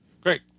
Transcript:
Great